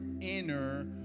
inner